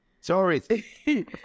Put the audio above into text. Sorry